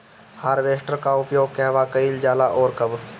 Harvester का उपयोग कहवा कइल जाला और कब?